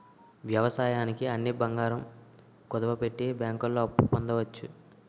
వ్యవసాయానికి అని బంగారం కుదువపెట్టి బ్యాంకుల్లో అప్పు పొందవచ్చు